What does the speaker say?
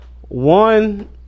One